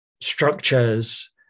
structures